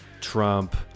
Trump